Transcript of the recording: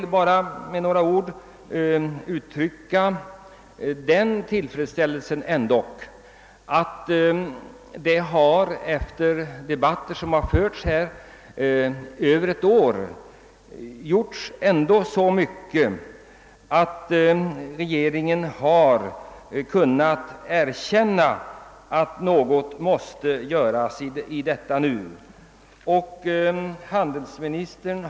Efter de debatter som förts i kammaren under mer än ett år har det ändå hänt så mycket att regeringen erkänt att något måste göras. Jag uttrycker min tillfredsställelse över detta.